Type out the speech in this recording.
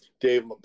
Dave